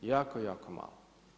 Jako, jako malo.